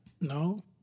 No